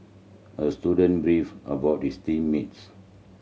the student beefed about his team mates